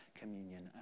communion